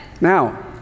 Now